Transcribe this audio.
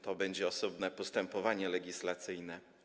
To będzie osobne postępowanie legislacyjne.